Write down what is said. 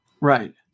Right